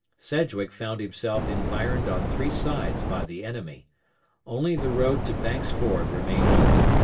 sedgwick found himself environed on three sides by the enemy only the road to banks' ford remained open,